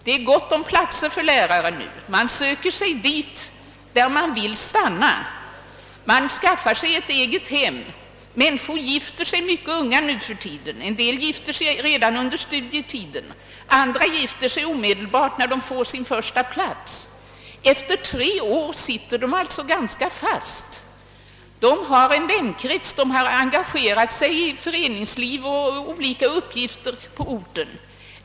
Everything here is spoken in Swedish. Det är också gott om platser för blivande lärare, och de söker sig dit där de vill stanna. De skaffar sig egnahem och gifter sig. Människor gifter sig mycket unga nuförtiden, en del redan under studietiden, andra omedelbart efter det att de fått sin första tjänst. Efter tre år är de därför ganska fastrotade. De har skaffat sig en vänkrets, engagerat sig i föreningsliv och påtagit sig olika uppgifter på orten.